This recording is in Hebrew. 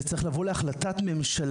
זה צריך לבוא להחלטת ממשלה,